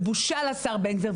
ובושה לשר בן גביר.